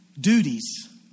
duties